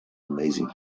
amazing